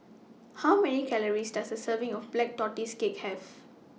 How Many Calories Does A Serving of Black Tortoise Cake Have